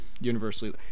universally